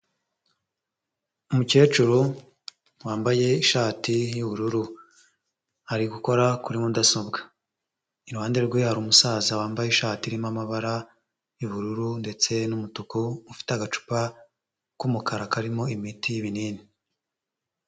Umukecuru wambaye ishati y'ubururu, ari gukora kuri mudasobwa, iruhande rwe hari umusaza wambaye ishati irimo amabara y'ubururu ndetse n'umutuku, ufite agacupa k'umukara karimo imiti y'ibinini.